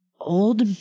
old